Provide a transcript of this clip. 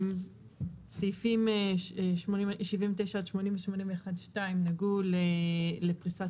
סעיפים 79 עד 80, 81 (2) נגעו לפריסת